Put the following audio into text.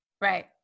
Right